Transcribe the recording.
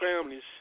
families